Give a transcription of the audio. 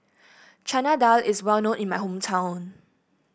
Chana Dal is well known in my hometown